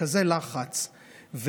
וכזה לחץ,